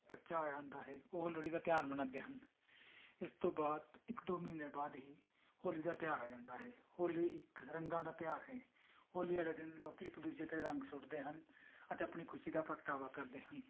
ਬੱਚਾ ਹੋਇਆ ਹੁੰਦਾ ਹੈ ਉਹ ਲੋਹੜੀ ਦਾ ਤਿਉਹਾਰ ਮਨਾਉਂਦੇ ਹਨ ਇਸ ਤੋਂ ਬਾਅਦ ਇੱਕ ਦੋ ਮਹੀਨੇ ਬਾਅਦ ਹੀ ਹੋਲੀ ਦਾ ਤਿਉਹਾਰ ਆ ਜਾਂਦਾ ਹੈ ਹੋਲੀ ਇੱਕ ਰੰਗਾਂ ਦਾ ਤਿਉਹਾਰ ਹੈ ਹੋਲੀ ਵਾਲੇ ਦਿਨ ਲੋਕ ਇੱਕ ਦੂਜੇ 'ਤੇ ਰੰਗ ਸੁੱਟਦੇ ਹਨ ਅਤੇ ਆਪਣੀ ਖੁਸ਼ੀ ਦਾ ਪ੍ਰਗਟਾਵਾ ਕਰਦੇ ਹਨ